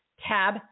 tab